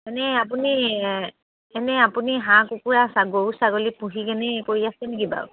এনেই আপুনি এনেই আপুনি হাঁহ কুকুৰা গৰু ছাগলী পুহি কেনে কৰি আছে নেকি বাৰু